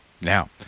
now